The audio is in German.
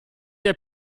der